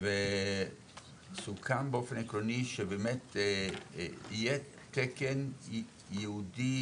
וסוכם באופן עקרוני שבאמת יהיה תקן ייעודי,